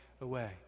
away